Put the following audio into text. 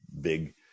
big